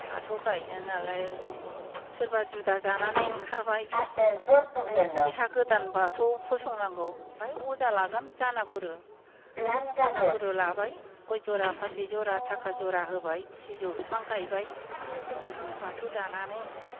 बाथौ गायजानायालाय सोरबा जुदा जानानै ओंखारबाय बेहा गोदान बाथौ फसंनांगौ बेहाय अजा लागोन जानागुरु जानागुरु लाबाय गय जरा फाथै जरा थाखा जरा होबाय सिजौ बिफां गायबाय किन्तु बाथौ दानानै